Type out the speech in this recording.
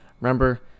Remember